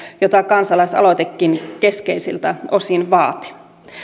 jota kansalaisaloitekin keskeisiltä osin vaati